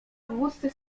obwódce